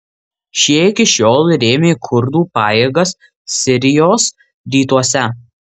šie iki šiol rėmė kurdų pajėgas sirijos rytuose